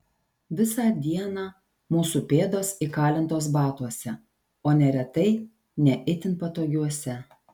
visą dieną mūsų pėdos įkalintos batuose o neretai ne itin patogiuose